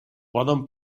poden